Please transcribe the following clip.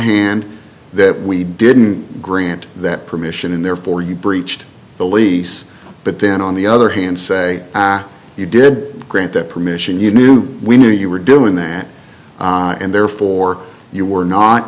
hand that we didn't grant that permission and therefore you breached the lease but then on the other hand say you did grant that permission you knew we knew you were doing that and therefore you were not